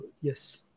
yes